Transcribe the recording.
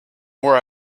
more